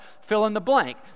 fill-in-the-blank